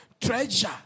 treasure